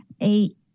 eight